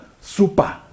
super